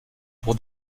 pour